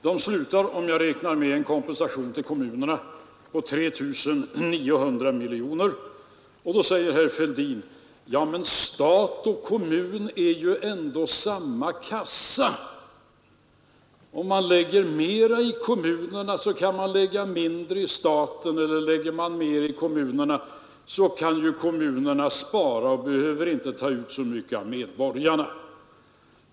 De slutar i fråga om cp, om jag räknar med kompensation till kommunerna, på 3 900 miljoner. Och då säger herr Fälldin: Ja, men stat och kommun är ju ändå samma kassa om man lägger mera hos kommunerna kan man lägga mindre hos staten, och lägger man mera hos kommunerna kan ju kommunerna spara och behöver inte ta ut så mycket av medborgarna.